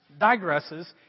digresses